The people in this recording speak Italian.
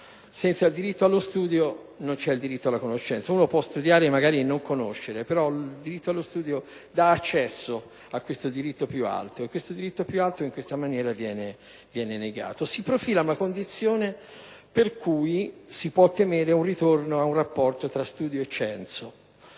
Senza diritto allo studio non c'è diritto alla conoscenza. Si può studiare e non conoscere, ma il diritto allo studio dà accesso a questo diritto più alto, che in questa maniera viene invece negato. Si profila una condizione per cui si può temere un ritorno ad un rapporto tra studio e censo.